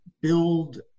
build